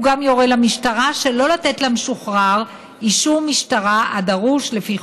הוא גם יורה למשטרה שלא לתת למשוחרר אישור משטרה הדרוש לפי